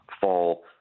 fall